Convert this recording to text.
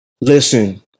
Listen